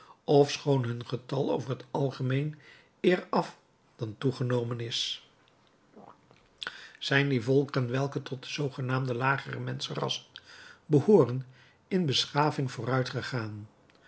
ofschoon hun getal over het algemeen eer afdan toegenomen is zijn die volkeren welke tot de zoogenaamde lagere menschenrassen behooren in beschaving vooruit